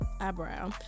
eyebrow